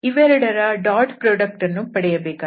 ಇವೆರಡರ dot product ಅನ್ನು ಪಡೆಯಬೇಕಾಗಿದೆ